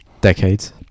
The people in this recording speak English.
Decades